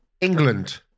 England